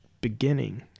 beginning